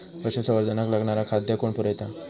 पशुसंवर्धनाक लागणारा खादय कोण पुरयता?